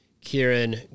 Kieran